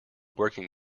working